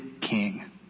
king